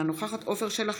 אינה נוכחת עפר שלח,